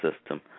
system